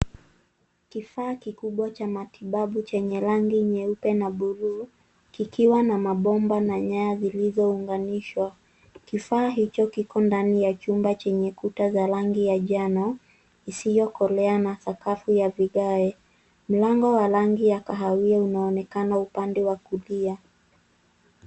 Kifaa kikubwa cha matibabu chenye rangi nyeupe na buluu kikiwa na mabomba na nyaya zilizounganishwa. Kifaa hicho kiko ndani ya chumba chenye kuta za rangi ya njano isiyokolea na sakafu ya vigae. Mlango wa rangi ya kahawia unaonekana upande wa kulia.